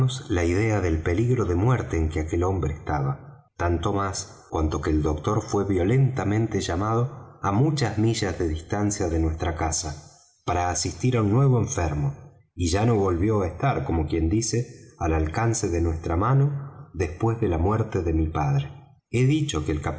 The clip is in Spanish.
la idea del peligro de muerte en que aquel hombre estaba tanto más cuanto que el doctor fué violentamente llamado á muchas millas de distancia de nuestra casa para asistir á un nuevo enfermo y ya no volvió á estar como quien dice al alcance de nuestra mano después de la muerte de mi padre he dicho que el